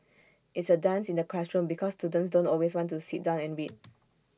it's A dance in the classroom because students don't always want to sit down and read